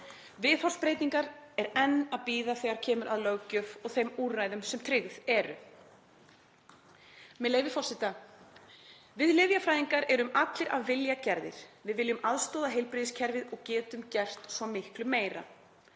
viðhorfsbreytingar er enn að bíða þegar kemur að löggjöf og þeim úrræðum sem tryggð eru. Með leyfi forseta: „Við lyfjafræðingar erum allir af vilja gerðir. Við viljum aðstoða heilbrigðiskerfið og getum gert svo miklu meira.“